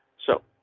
so.